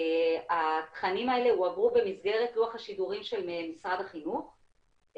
התכנים האלה הועברו במסגרת לוח השידורים של משרד החינוך.